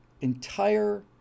entire